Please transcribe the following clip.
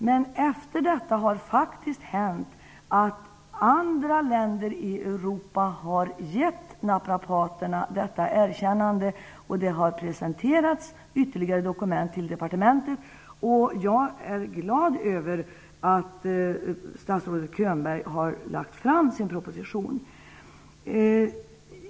Men senare har faktiskt andra länder i Europa givit naprapaterna detta erkännande. Det har också presenterats ytterligare dokument för departementet, och jag är glad över att statsrådet Könberg har lagt fram denna proposition.